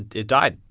it died.